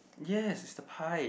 yes is the pie